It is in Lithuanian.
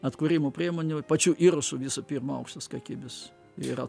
atkūrimo priemonių pačių ir su visu pirma aukštos kakybės yra